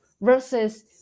versus